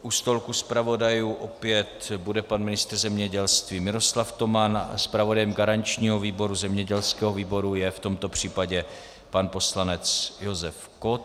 U stolku zpravodajů opět bude pan ministr zemědělství Miroslav Toman a zpravodajem garančního zemědělského výboru je v tomto případě pan poslanec Josef Kott.